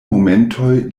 momentoj